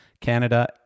Canada